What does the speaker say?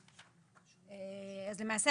" למעשה,